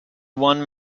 one